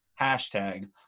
hashtag